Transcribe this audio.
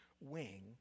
wing